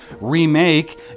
remake